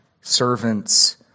servants